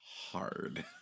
hard